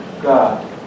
God